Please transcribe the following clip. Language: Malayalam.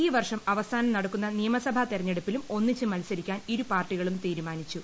ഈ വർഷം അവസാനം നടക്കുന്ന നിയമസഭാതെരഞ്ഞെടുപ്പിലും ഒന്നിച്ച് മൽസരിക്കാൻ ഇരുപാർട്ടികളും തീരുമാനിച്ചു